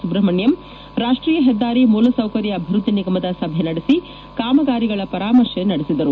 ಸುಬ್ರಹ್ಮಣ್ಣಂ ರಾಷ್ಷೀಯ ಹೆದ್ದಾರಿ ಮೂಲ ಸೌಕರ್ಯ ಅಭಿವೃದ್ದಿ ನಿಗಮದ ಸಭೆ ನಡೆಸಿ ಕಾಮಗಾರಿಗಳ ಪರಾಮರ್ಶೆ ನಡೆಸಿದರು